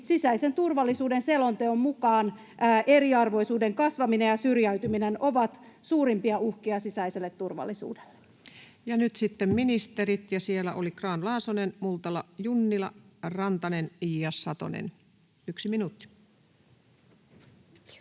Sisäisen turvallisuuden selonteon mukaan eriarvoisuuden kasvaminen ja syrjäytyminen ovat suurimpia uhkia sisäiselle turvallisuudelle. Nyt sitten ministerit, ja siellä olivat Grahn-Laasonen, Multala, Junnila, Rantanen ja Satonen. Yksi minuutti. Arvoisa